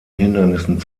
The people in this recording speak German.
hindernissen